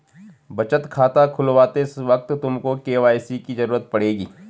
बचत खाता खुलवाते वक्त तुमको के.वाई.सी की ज़रूरत पड़ेगी